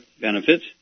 benefits